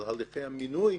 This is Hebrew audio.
על הליכי המינוי,